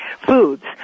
foods